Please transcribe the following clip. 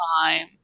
time